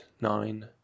nine